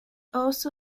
also